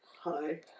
Hi